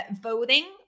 voting